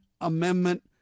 Amendment